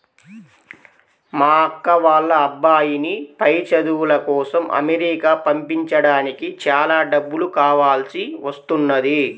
మా అక్క వాళ్ళ అబ్బాయిని పై చదువుల కోసం అమెరికా పంపించడానికి చాలా డబ్బులు కావాల్సి వస్తున్నది